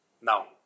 Now